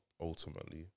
ultimately